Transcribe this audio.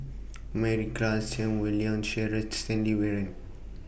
Mary Klass Chan Wei Liang Cheryl Stanley Warren